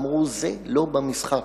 אמרו: זה לא במשחק.